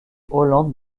hollande